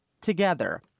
together